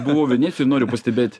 buvau venecijoj noriu pastebėt